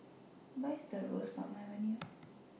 Where IS Roseburn Avenue